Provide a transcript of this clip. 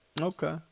Okay